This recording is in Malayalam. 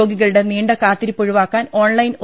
രോഗികളുടെ നീണ്ട കാത്തിരിപ്പു ഒഴിവാക്കാൻ ഓൺലൈൻ ഒ